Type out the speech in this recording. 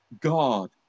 God